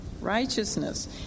righteousness